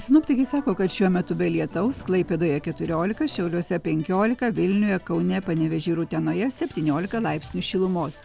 sinoptikai sako kad šiuo metu be lietaus klaipėdoje keturiolika šiauliuose penkiolika vilniuje kaune panevėžy ir utenoje septyniolika laipsnių šilumos